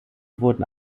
wurden